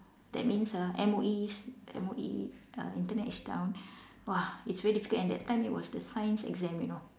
that means ah M_O_E s~ M_O_E uh Internet is down !wah! it's very difficult and that time it was the science exam you know